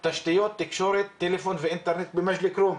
לגבי תשתיות תקשורת, טלפון ואינטרנט במג'דל כרום.